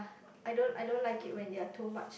I don't I don't like it when there are too much